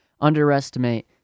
underestimate